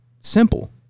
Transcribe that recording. Simple